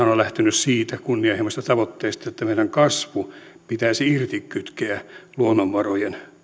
on lähtenyt siitä kunnianhimoisesta tavoitteesta että meidän kasvu pitäisi irtikytkeä luonnonvarojen